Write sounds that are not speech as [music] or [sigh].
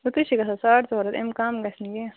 [unintelligible] چھُ گَژھن ساڈ ژور ہتھ امہِ کم گَژھِ نہٕ کیٚنٛہہ